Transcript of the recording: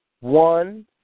one